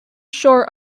shore